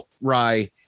Rye